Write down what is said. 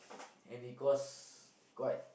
and it cost quite